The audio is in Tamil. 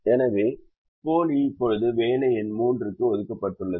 எனவே போலி இப்போது வேலை எண் மூன்றுக்கு ஒதுக்கப்பட்டுள்ளது